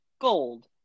gold